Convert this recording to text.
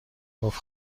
گفت